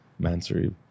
Mansory